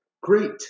Great